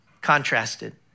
contrasted